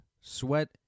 sweat